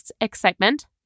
excitement